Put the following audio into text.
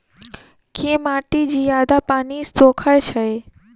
केँ माटि जियादा पानि सोखय छै?